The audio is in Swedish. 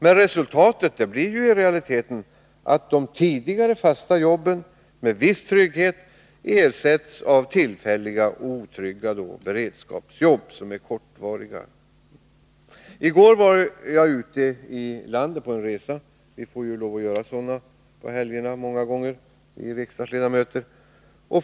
Men resultatet blir i realiteten att de tidigare fasta jobben med viss trygghet ersätts av tillfälliga och otrygga beredskapsjobb, som är kortvariga. I går var jag ute i landet på en resa. Vi får ju lov att göra sådana på helgerna många gånger, vi riksdagsledamöter.